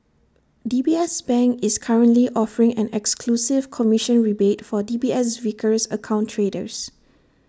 D B S bank is currently offering an exclusive commission rebate for D B S Vickers account traders